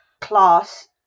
class